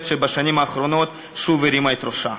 שבשנים האחרונות שוב הרימה את ראשה.